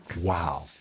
Wow